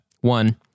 one